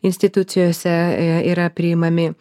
institucijose yra priimami